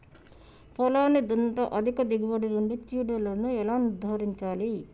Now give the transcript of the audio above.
పొలాన్ని దున్నుట అధిక దిగుబడి నుండి చీడలను ఎలా నిర్ధారించాలి?